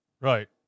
Right